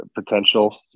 potential